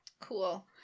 Cool